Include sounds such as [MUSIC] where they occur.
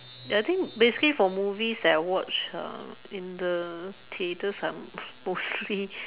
ya I think basically for movies that I watch um in the theatres are mostly [LAUGHS]